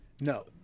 no